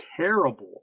terrible